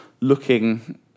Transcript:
looking